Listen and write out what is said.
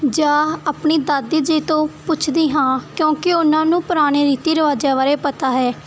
ਜਾਂ ਆਪਣੀ ਦਾਦੀ ਜੀ ਤੋਂ ਪੁੱਛਦੀ ਹਾਂ ਕਿਉਂਕਿ ਉਹਨਾਂ ਨੂੰ ਪੁਰਾਣੇ ਰੀਤੀ ਰਿਵਾਜਾਂ ਬਾਰੇ ਪਤਾ ਹੈ